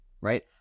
right